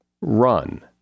run